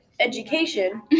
Education